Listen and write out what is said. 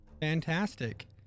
Fantastic